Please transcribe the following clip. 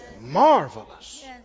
marvelous